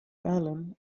allen